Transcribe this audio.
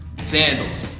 sandals